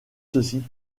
ceci